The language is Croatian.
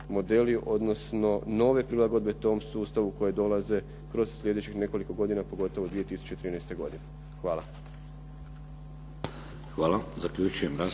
odnosno nove prilagodbe tom sustavu koje dolaze kroz sljedećih nekoliko godina, pogotovo 2013. godine. Hvala. **Šeks, Vladimir